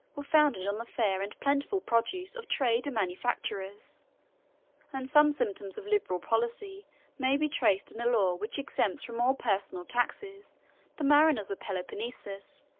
were founded on the fair and plentiful produce of trade and manufacturers and some symptoms of liberal policy may be traced in a law which exempts from all personal taxes the mariners of peloponnesus,